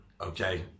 okay